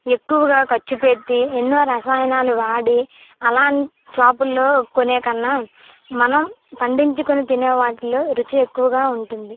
ఎక్కువగా ఖర్చు పెట్టి ఎన్నో రసాయనాలు వాడి అలాంటి షాపుల్లో కొనే కన్నా మనం పండించుకుని తినేవాటిలో రుచి ఎక్కువగా ఉంటుంది